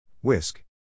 Whisk